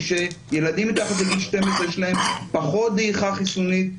שילדים מתחת לגיל 12 יש להם פחות דעיכה חיסונית,